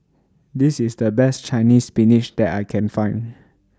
This IS The Best Chinese Spinach that I Can Find